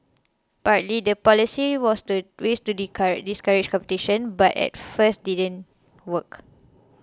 partly the policy was to great to discourage discourage competition but at first didn't work